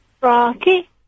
Rocky